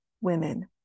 women